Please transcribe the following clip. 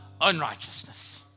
unrighteousness